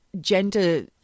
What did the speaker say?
gender